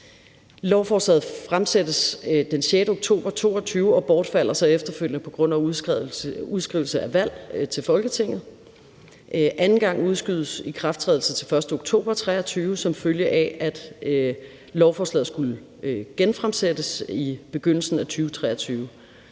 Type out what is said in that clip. Lovforslaget fremsættes den 6. oktober 2022 og bortfaldt så efterfølgende på grund af udskrivelse af valg til Folketinget. Anden gang udskydes ikrafttrædelsen til den 1. oktober 2023, som følge af at lovforslaget skulle genfremsættes i begyndelsen af 2023.